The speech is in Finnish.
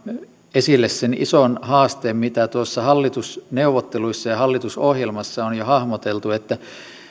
esille sen ison haasteen mitä hallitusneuvotteluissa ja hallitusohjelmassa on jo hahmoteltu